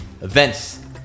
events